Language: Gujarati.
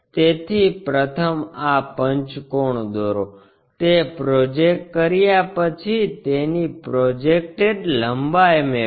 તેથી પ્રથમ આ પંચકોણ દોરો તે પ્રોજેક્ટ કર્યા પછી તેની પ્રોજેક્ટેડ લંબાઈ મેળવો